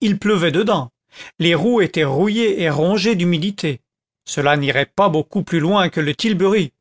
il pleuvait dedans les roues étaient rouillées et rongées d'humidité cela n'irait pas beaucoup plus loin que le tilbury